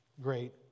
great